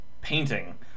painting